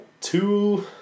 two